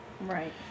Right